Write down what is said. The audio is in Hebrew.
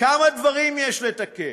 כמה דברים יש לתקן,